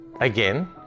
again